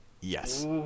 Yes